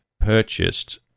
purchased